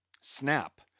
Snap